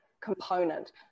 component